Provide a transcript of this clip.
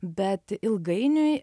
bet ilgainiui